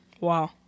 Wow